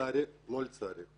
לצערי לא לצערי.